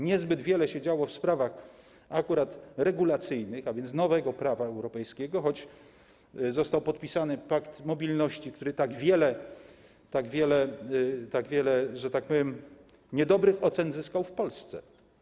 Niezbyt wiele się działo w sprawach akurat regulacyjnych, a więc nowego prawa europejskiego, choć został podpisany pakt mobilności, który tak wiele, że tak powiem, niedobrych ocen zyskał w Polsce.